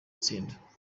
tsinda